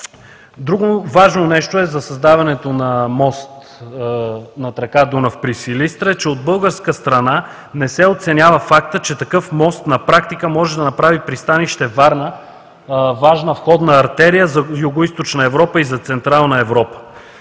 Друго важно нещо за създаването на мост над река Дунав при Силистра е, че от българска страна не се оценява факта, че такъв мост на практика може да направи пристанище Варна важна входна артерия за Югоизточна Европа и за Централна Европа.